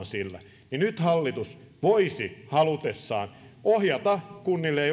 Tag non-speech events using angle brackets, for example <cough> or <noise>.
<unintelligible> sillä niin nyt hallitus voisi halutessaan ohjata kunnille ja <unintelligible>